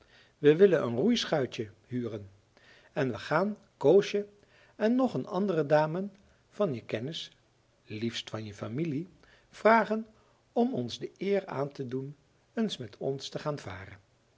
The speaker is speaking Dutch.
we willen een roeischuitje huren en we gaan koosje en nog een andere dame van je kennis liefst van je familie vragen om ons de eer aan te doen eens met ons te gaan varen